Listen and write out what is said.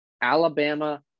Alabama